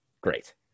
Great